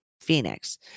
Phoenix